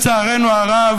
לצערנו הרב,